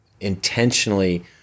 intentionally